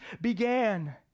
began